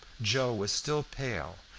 joe was still pale,